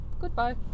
goodbye